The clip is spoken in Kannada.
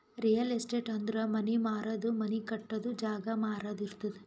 ರಿಯಲ್ ಎಸ್ಟೇಟ್ ಅಂದುರ್ ಮನಿ ಮಾರದು, ಮನಿ ಕಟ್ಟದು, ಜಾಗ ಮಾರಾದು ಇರ್ತುದ್